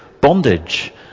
bondage